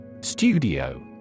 Studio